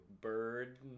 Bird